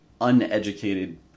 uneducated